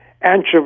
anchovy